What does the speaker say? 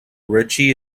richie